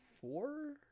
four